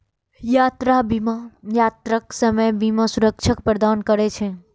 यात्रा बीमा यात्राक समय बीमा सुरक्षा प्रदान करै छै